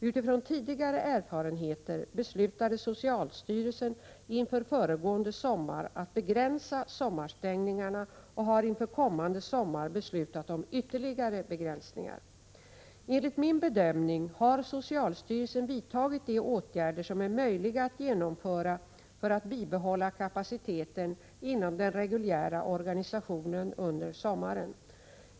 Utifrån tidigare erfarenheter beslutade socialstyrelsen inför föregående sommar att begränsa sommarstängningarna och har inför kommande sommar beslutat om ytterligare begränsningar. Enligt min bedömning har socialstyrelsen vidtagit de åtgärder som är möjliga att genomföra för att bibehålla kapaciteten inom den reguljära organisationen under sommaren.